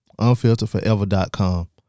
Unfilteredforever.com